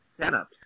setups